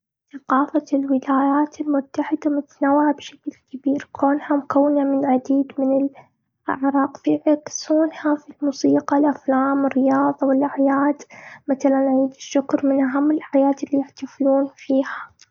ثقافة الولايات المتحدة متنوعة بشكل كبير، كونها مكونه من عديد من الأعراض. فيعكسونها في الموسيقى، الأفلام، الرياضه والأعياد. مثلاً عيد الشكر من أهم الأعياد اللي يحتفلون فيها.